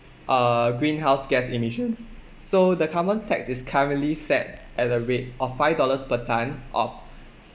uh greenhouse gas emissions so the carbon tax is currently set at a rate of five dollars per tonne of